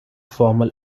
formal